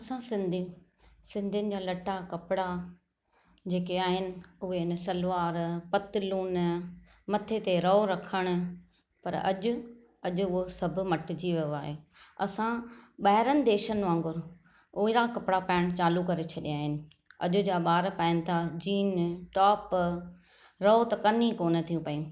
असां सिंधी सिंधियुनि जा लटा कपिड़ा जेके आहिनि उहे न सलवार पतलून मथे ते रओ रखणु पर अॼु अॼु हू सभु मटिजी वियो आहे असां ॿाहिरनि देशनि मां वांगुरु हो एॾा कपिड़ा पायण चालू करे छॾियां आहिनि अॼु जा ॿार पाईनि था जीन टॉप रओ त कनि ई कोन थियूं पईं